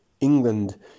England